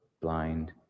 blind